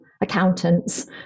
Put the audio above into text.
accountants